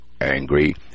angry